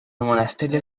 monasterio